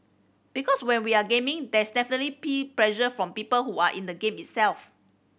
because when we are gaming there is definitely peer pressure from people who are in the game itself